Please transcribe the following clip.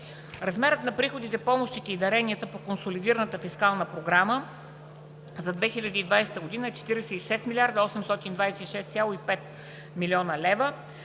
Размерът на приходите, помощите и даренията по Консолидираната фискална програма за 2020 г. е 46 826,5 млн. лв.,